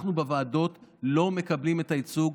אנחנו בוועדות לא מקבלים את הייצוג.